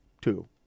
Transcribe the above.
Two